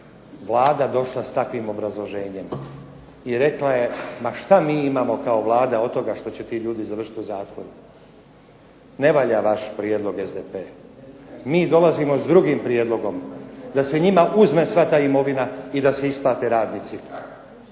Vlada došla s takvim obrazloženjem i rekla je ma šta mi imamo kao Vlada od toga što će ti ljudi završiti u zatvoru. Ne valja vaš prijedlog SDP. Mi dolazimo s drugim prijedlogom da se njima uzme sva ta imovina i da se isplate radnici.